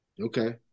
okay